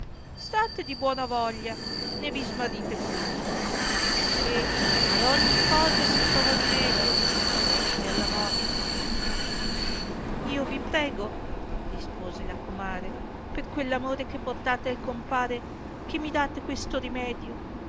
state di buona voglia né vi smarrite punto perciò che ad ogni cosa si trova rimedio fuori che alla morte io vi prego rispose la comare per queir amore che portate al compare che mi date questo rimedio